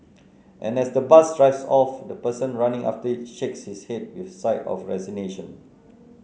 and as the bus drives off the person running after it shakes his head with a sigh of resignation